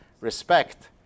respect